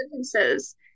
sentences